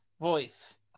voice